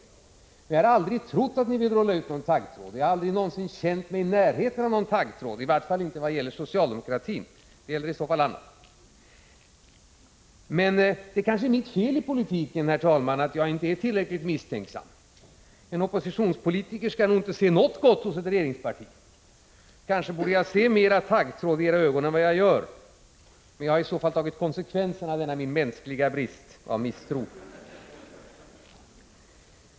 Men jag har aldrig trott att ni vill rulla ut någon taggtråd. Jag har aldrig någonsin känt mig i närheten av någon taggtråd — i varje fall inte vad gäller socialdemokratin; det gäller i så fall annat. Man det kanske är mitt fel i politiken, herr talman, att jag inte är tillräckligt misstänksam. En oppositionspolitiker skall nog inte se något gott hos ett regeringsparti. Kanske borde jag se mer av taggtråd i era ögon än vad jag gör, men jag har ju i så fall tagit konsekvenserna av denna min mänskliga brist på misstro.